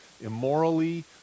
immorally